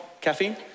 caffeine